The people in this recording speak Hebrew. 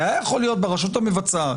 היה יכול להיות ברשות המבצעת,